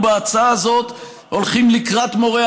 בהצעה הזאת אנחנו הולכים לקראת מורי